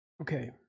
Okay